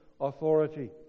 authority